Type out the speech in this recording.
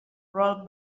roll